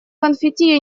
конфетти